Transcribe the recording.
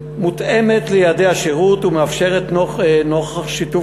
מותאמת ליעדי השירות ומתאפשרת נוכח שיתוף